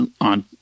on